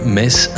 miss